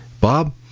Bob